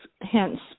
hence